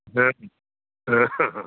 ହଁ ହଁ ହଁ ହଁ